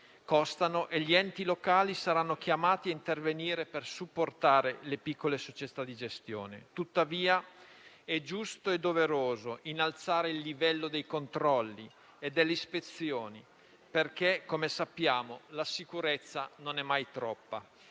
costano e gli enti locali saranno chiamati a intervenire per supportare le piccole società di gestione. Tuttavia è giusto e doveroso innalzare il livello dei controlli e delle ispezioni, perché, come sappiamo, la sicurezza non è mai troppa.